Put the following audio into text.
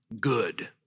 good